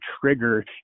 trigger